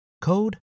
code